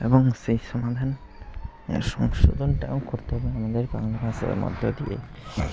এবং সেই সমাধান সংশোধনটাও করতে হবে আমাদের বাংলা ভাষার মধ্য দিয়ে